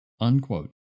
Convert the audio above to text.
unquote